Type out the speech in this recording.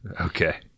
okay